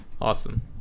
awesome